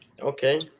Okay